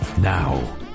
Now